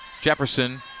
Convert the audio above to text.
Jefferson